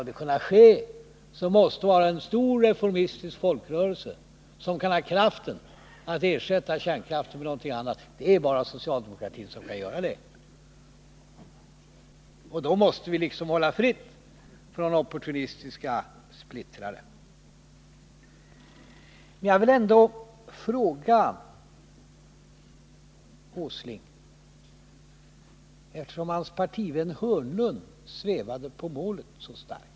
Det är bara en stor reformistisk folkrörelse som har förmågan att ersätta kärnkraften med något annat, och det är endast socialdemokratin som kan göra det. Då måste vi också hålla fältet fritt från opportunistiska splittrare. Men jag vill ändå ställa en fråga till herr Åsling, eftersom hans partivän Börje Hörnlund på en punkt svävade på målet så starkt.